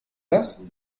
das